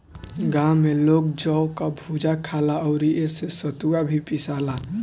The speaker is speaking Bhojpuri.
गांव में लोग जौ कअ भुजा खाला अउरी एसे सतुआ भी पिसाला